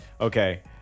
Okay